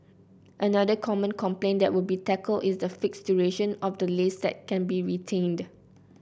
another common complaint that would be tackled is the fixed duration of the lease that can be retained